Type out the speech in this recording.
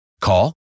Call